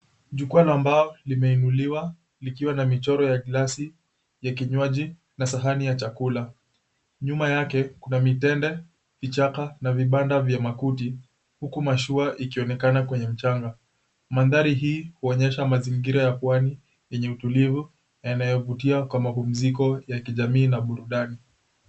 Jukwaa la mbao limeinuliwa likiwa na mchoro wa glasi ya kinywaji na sahani ya chakula. Nyuma yake, kuna mitende, vichaka na vibanda vya makuti huku mashua ikionekana kwenye mchanga. Mandhari hii huonyesha mazingira ya pwani yenye utulivu yanayovutia kwa mapumziko ya kijamii na burudani.